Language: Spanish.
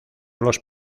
los